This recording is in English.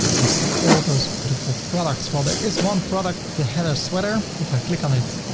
i see all those beautiful products while there is one product, the heather sweater. if i click on it,